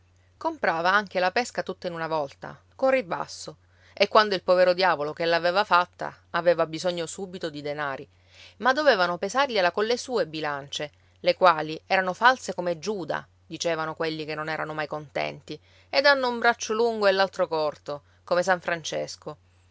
comprava anche la pesca tutta in una volta con ribasso e quando il povero diavolo che l'aveva fatta aveva bisogno subito di denari ma dovevano pesargliela colle sue bilancie le quali erano false come giuda dicevano quelli che non erano mai contenti ed hanno un braccio lungo e l'altro corto come san francesco